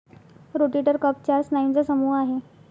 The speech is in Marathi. रोटेटर कफ चार स्नायूंचा समूह आहे